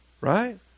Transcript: right